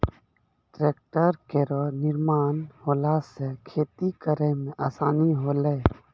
tractor केरो निर्माण होला सँ खेती करै मे आसानी होलै